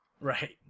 Right